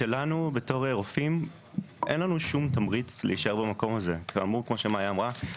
לנו בתור רופאים אין לנו שום תמריץ להישאר במקום הזה וכמו שמאיה אמרה,